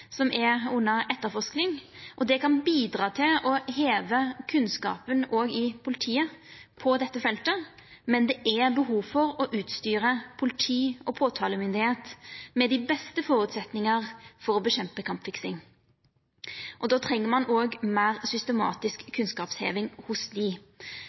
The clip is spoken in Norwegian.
under etterforsking, og det kan bidra til å heva kunnskapen òg i politiet på dette feltet, men det er behov for å utstyra politi og påtalemyndigheit med dei beste føresetnadar for å kjempa mot kampfiksing. Då treng ein òg meir systematisk kunnskapsheving hos dei.